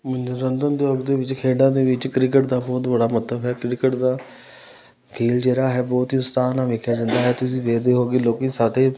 ਮਨੋਰੰਜਨ ਉਦਯੋਗ ਦੇ ਵਿੱਚ ਖੇਡਾਂ ਦੇ ਵਿੱਚ ਕ੍ਰਿਕਟ ਦਾ ਬਹੁਤ ਬੜਾ ਮਹੱਤਵ ਹੈ ਕ੍ਰਿਕਟ ਦਾ ਖੇਡ ਜਿਹੜਾ ਹੈ ਬਹੁਤ ਹੀ ਉਤਸ਼ਾਹ ਨਾਲ ਦੇਖਿਆ ਜਾਂਦਾ ਹੈ ਤੁਸੀਂ ਦੇਖਦੇ ਹੋ ਕਿ ਲੋਕੀਂ ਸਾਡੇ